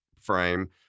frame